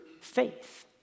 faith